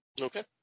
Okay